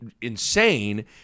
insane